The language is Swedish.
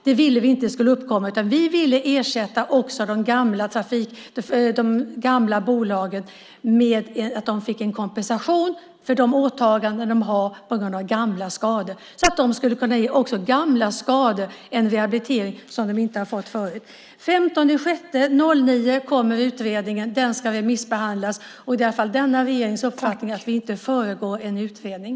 Vi ville inte att det skulle uppkomma, utan vi ville ersätta också de gamla bolagen och ge dem en kompensation för de åtaganden de har på grund av gamla skador så att de skulle kunna ge också gamla skadade den rehabilitering de inte fått förut. Den 15 juni 2009 kommer utredningen. Den ska remissbehandlas. Det är denna regerings uppfattning att vi inte föregår en utredning.